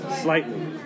Slightly